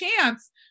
chance